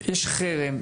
חרם,